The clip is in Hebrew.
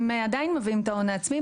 הם עדיין מביאים את ההון העצמי,